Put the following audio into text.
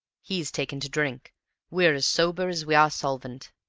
he's taken to drink we're as sober as we are solvent.